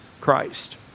Christ